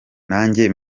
nanjye